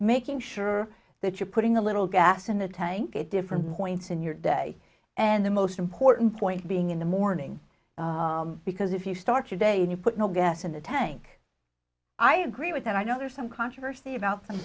making sure that you're putting a little gas in the tank at different points in your day and the most important point being in the morning because if you start your day and you put no gas in the tank i agree with and i know there's some controversy about